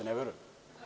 Ne verujem.